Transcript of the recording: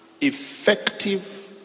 effective